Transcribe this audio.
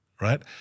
right